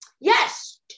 yes